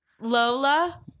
Lola